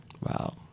wow